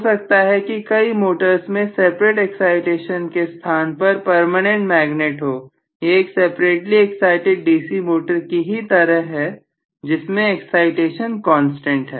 हो सकता है कि कई मोटर्स में सेपरेट एक्साइटेशन के स्थान पर परमानेंट मैग्नेट हो यह एक सेपरेटली एक्साइटिड डीसी मोटर की ही तरह है जिसमें एक्साइटेशन कांस्टेंट है